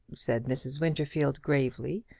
said mrs. winterfield, gravely.